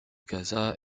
gaza